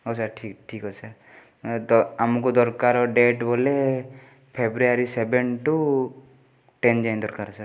ହେଉ ସାର୍ ଠିକ୍ ଠିକ୍ଅଛି ସାର୍ ତ ଆମକୁ ଦରକାର ଡେଟ୍ ବୋଲେ ଫେବୃୟାରୀ ସେଭେନ୍ ଟୁ ଟେନ୍ ଯାଏଁ ଦରକାର ସାର୍